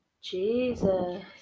Jesus